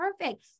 perfect